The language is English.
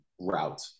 route